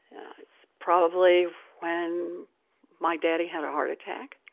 it's probably when my daddy had a heart attack,